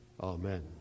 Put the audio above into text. Amen